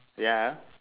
ya ah